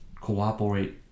cooperate